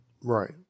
Right